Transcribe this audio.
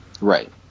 Right